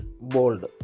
bold